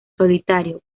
solitario